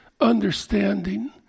understanding